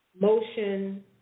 motion